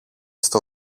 στο